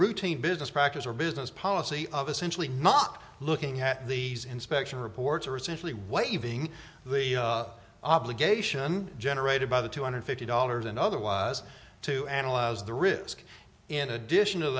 routine business practice or business policy of essentially not looking at these inspection reports are essentially waiving the obligation generated by the two hundred fifty dollars and otherwise to analyze the risk in addition to